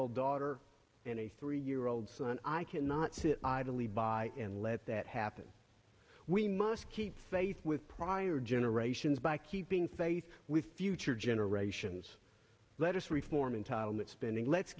old daughter and a three year old son i cannot sit idly by and let that happen we must keep faith with prior generations by keeping faith with future generations let us reform entitlement spending let's